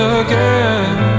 again